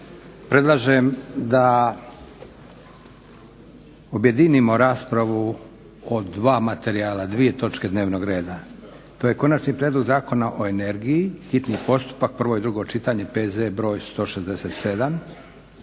Predlažem da objedinimo raspravu o dva materijala, dvije točke dnevnog reda. To je Konačni prijedlog zakona o energiji, hitni postupak, prvo i drugo čitanje, PZ br. 167